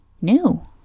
new